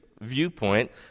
viewpoint